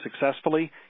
successfully